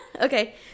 Okay